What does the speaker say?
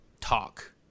talk